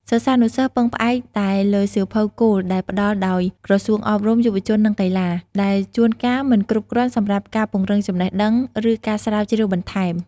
សិស្សានុសិស្សពឹងផ្អែកតែលើសៀវភៅគោលដែលផ្តល់ដោយក្រសួងអប់រំ យុវជន និងកីឡា ដែលជួនកាលមិនគ្រប់គ្រាន់សម្រាប់ការពង្រីកចំណេះដឹង ឬការស្រាវជ្រាវបន្ថែម។